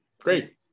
Great